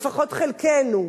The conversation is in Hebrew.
לפחות חלקנו,